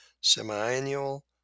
Semiannual